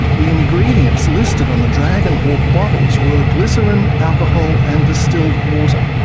the ingredients listed on the dragon hawk bottles were glycerine, alcohol and distilled water.